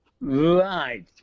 right